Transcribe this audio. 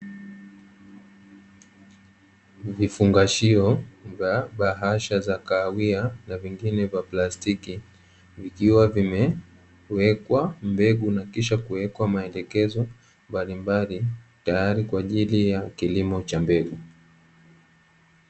Vifungashio vya bahasha za kahawia na vingine vya plastiki vikiwa vimewekwa mbegu na kisha kuwekwa maelekezo mbalimbali tayari kwa ajili ya kilimo cha mbegu.